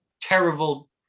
terrible